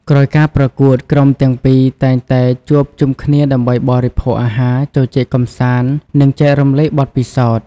ក្រោយការប្រកួត ក្រុមទាំងពីរតែងតែជួបជុំគ្នាដើម្បីបរិភោគអាហារ ជជែកកម្សាន្ត និងចែករំលែកបទពិសោធន៍។